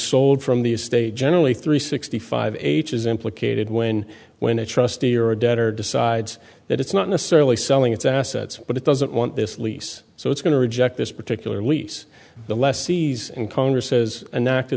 sold from the estate generally three sixty five age is implicated when when a trustee or a debtor decides that it's not necessarily selling its assets but it doesn't want this lease so it's going to reject this particular lease the lessees and congress says an act